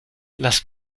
las